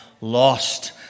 lost